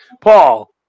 Paul